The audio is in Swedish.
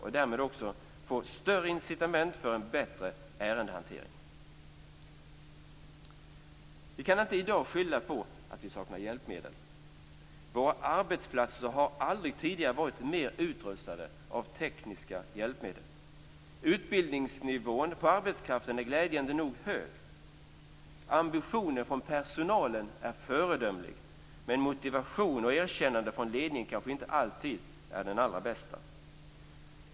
Därmed får de också ett större incitament för en bättre ärendehantering. Vi kan inte i dag skylla på att vi saknar hjälpmedel. Våra arbetsplatser har aldrig tidigare varit utrustade med så mycket tekniska hjälpmedel. Utbildningsnivån på arbetskraften är glädjande nog hög. Ambitionen från personalen är föredömlig, men motivation och erkännande från ledningen kanske inte alltid är av allra bästa slag.